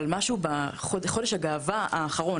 אבל משהו בחודש הגאווה האחרון,